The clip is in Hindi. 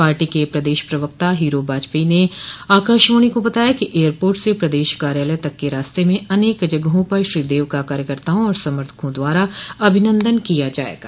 पार्टी के प्रदेश प्रवक्ता हीरो वाजपेई ने आकाशवाणी को बताया कि एयरपोर्ट से प्रदेश कार्यालय तक के रास्ते में अनेक जगहों पर श्री देव का कार्यकर्ताओं और समर्थकों द्वारा अभिनन्दन किया जायेगा